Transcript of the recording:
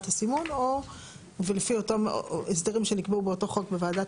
הסימון ולפי אותם הסדרים שנקבעו באותו חוק בוועדת